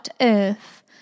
Earth